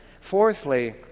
Fourthly